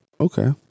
Okay